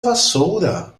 vassoura